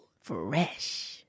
Fresh